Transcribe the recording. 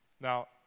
Now